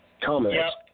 Comments